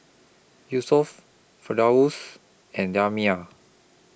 Yusuf Firdaus and Damia